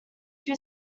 two